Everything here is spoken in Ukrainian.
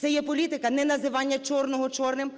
це є політика неназивання чорного чорним,